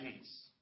peace